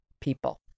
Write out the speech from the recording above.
people